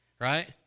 right